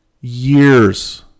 years